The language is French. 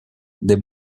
des